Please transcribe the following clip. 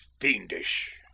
fiendish